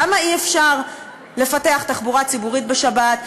למה אי-אפשר לפתח תחבורה ציבורית בשבת,